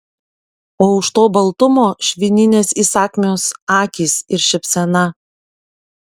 o už to baltumo švininės įsakmios akys ir šypsena